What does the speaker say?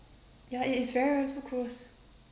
ya it is very very so gross